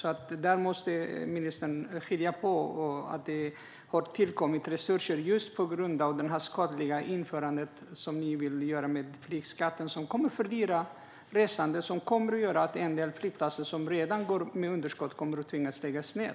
Det har alltså tillkommit resurser på grund av det skadliga införandet av flygskatten. Den kommer att fördyra resandet och göra att en del flygplatser som redan går med underskott kommer att tvingas att lägga ned.